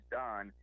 done